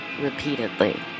repeatedly